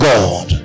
God